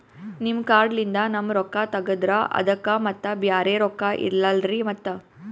ನಿಮ್ ಕಾರ್ಡ್ ಲಿಂದ ನಮ್ ರೊಕ್ಕ ತಗದ್ರ ಅದಕ್ಕ ಮತ್ತ ಬ್ಯಾರೆ ರೊಕ್ಕ ಇಲ್ಲಲ್ರಿ ಮತ್ತ?